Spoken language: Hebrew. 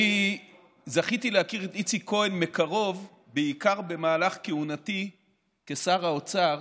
זכיתי להכיר את איציק כהן מקרוב בעיקר במהלך כהונתי כשר האוצר